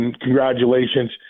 congratulations